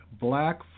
Black